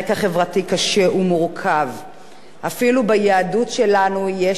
אפילו ביהדות שלנו יש המושג הזה של חוזר בתשובה,